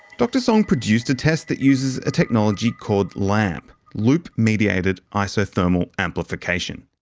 dr song produced a test that uses a technology called lamp. loop mediated isothermal amplification.